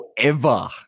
forever